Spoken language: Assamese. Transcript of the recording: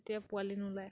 তেতিয়া পোৱালি নোলায়